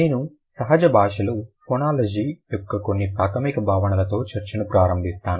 నేను సహజ భాషలో ఫోనాలజి యొక్క కొన్ని ప్రాథమిక భావనలతో చర్చను ప్రారంభిస్తాను